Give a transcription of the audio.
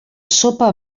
sopa